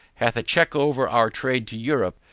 hath a check over our trade to europe,